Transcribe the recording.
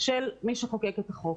של מי שחוקק את החוק.